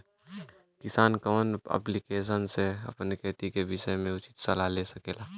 किसान कवन ऐप्लिकेशन से अपने खेती के विषय मे उचित सलाह ले सकेला?